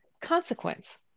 consequence